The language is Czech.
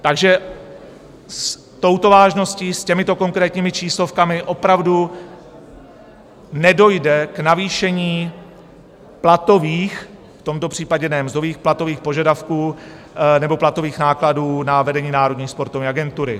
Takže s touto vážností, s těmito konkrétními číslovkami opravdu nedojde k navýšení platových v tomto případě ne mzdových, platových požadavků nebo platových nákladů na vedení Národních sportovní agentury.